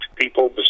people